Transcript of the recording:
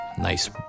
nice